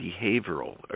behavioral